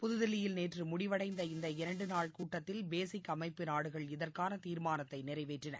புத்தில்லியில் நேற்று முடிவடைந்த இந்த இரண்டு நாள் கூட்டத்தில் பேசிக் அமைப்பு நாடுகள் இதற்கான தீர்மானத்தை நிறைவேற்றின